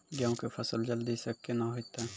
गेहूँ के फसल जल्दी से के ना होते?